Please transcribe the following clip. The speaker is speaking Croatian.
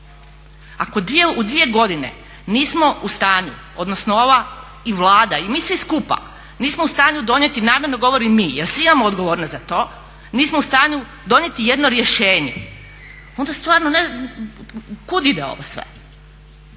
Ako u dvije godine nismo u stanju odnosno ova i Vlada i mi svi skupa nismo u stanju donijeti, namjerno govorim mi jer svi imamo odgovornost za to, nismo u stanju donijeti jedno rješenje onda stvarno kud ide ovo sve.